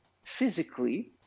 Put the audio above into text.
physically